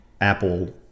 Apple